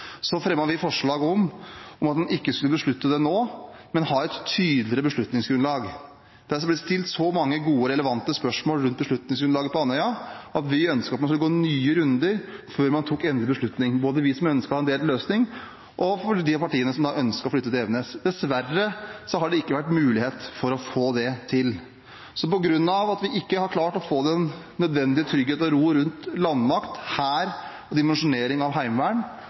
vi forslag om at en ikke skulle beslutte det nå, men ha et tydeligere beslutningsgrunnlag. Det har blitt stilt så mange gode og relevante spørsmål rundt beslutningsgrunnlaget for Andøya at vi ønsket at man skulle gå nye runder før man tok en endelig beslutning, både av hensyn til oss som ønsket en delt løsning, og de partiene som ønsket flytting til Evenes. Dessverre har det ikke vært mulig å få det til. Fordi vi ikke har klart få den nødvendige tryggheten og roen rundt landmakten, Hæren og dimensjoneringen av